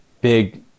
big